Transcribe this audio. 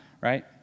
right